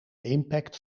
impact